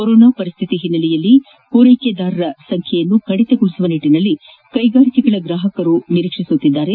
corona ಪರಿಸ್ಥಿತಿಯ ಹಿನ್ನೆಲೆಯಲ್ಲಿ ಪೂರೈಕೆದಾರರ ಸಂಖ್ಯೆಯನ್ನು ಕಡಿತಗೊಳಿಸುವ ನಿಟ್ಟಿನಲ್ಲಿ ಕೈಗಾರಿಕೆಗಳ ಗ್ರಾಹಕರು ಎದುರು ನೋಡುತ್ತಿದ್ದಾರೆ